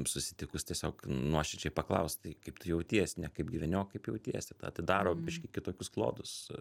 susitikus tiesiog nuoširdžiai paklaust tai kaip tu jauties ne kaip gyveni o kaip jautiesi atidaro biškį kitokius klodus